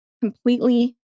completely